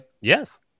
Yes